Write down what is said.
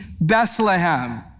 Bethlehem